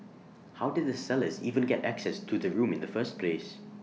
how did the sellers even get access to the room in the first place